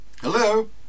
Hello